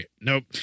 Nope